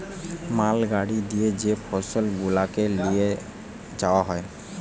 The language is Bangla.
মাল গাড়ি দিয়ে যে ফসল গুলাকে লিয়ে যাওয়া হয়